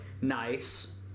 nice